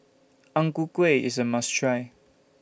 Ang Ku Kueh IS A must Try